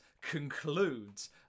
concludes